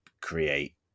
create